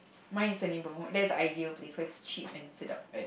mine is Senibong that's the ideal place because it's cheap and sedap